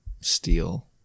steal